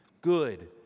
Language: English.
good